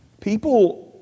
People